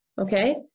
okay